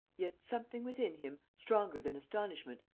yet something within him stronger than astonishment,